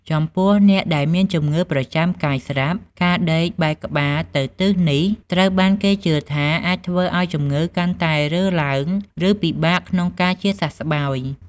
ចំពោះអ្នកដែលមានជំងឺប្រចាំកាយស្រាប់ ការដេកបែរក្បាលទៅទិសនេះ ត្រូវបានគេជឿថាអាចធ្វើឱ្យជំងឺកាន់តែរើឡើង ឬពិបាកក្នុងការជាសះស្បើយ។